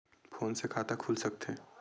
Phone से खाता खुल सकथे?